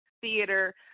theater